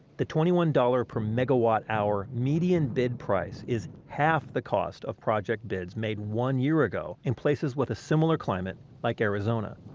the twenty one dollars per megawatt hour median bid price is half the cost of project bids made one year ago, in places with a similar climate, like arizona.